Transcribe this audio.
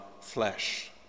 flesh